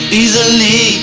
easily